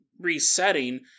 resetting